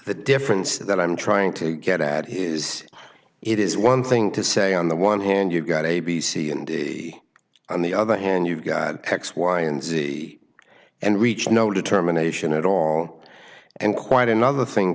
the difference that i'm trying to get at is it is one thing to say on the one hand you've got a b c and b on the other hand you've got x y and z and reach no determination at all and quite another thing